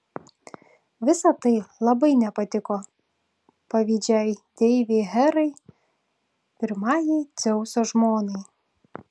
visa tai labai nepatiko pavydžiai deivei herai pirmajai dzeuso žmonai